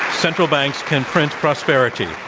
central banks can print prosperity.